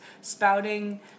spouting